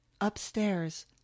Upstairs